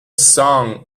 song